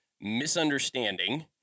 misunderstanding